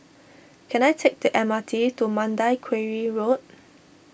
can I take the M R T to Mandai Quarry Road